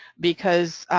because,